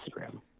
Instagram